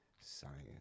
science